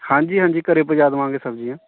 ਹਾਂਜੀ ਹਾਂਜੀ ਘਰੇ ਪਚਾ ਦਵਾਂਗੇ ਸਬਜ਼ੀਆਂ